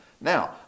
Now